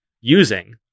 using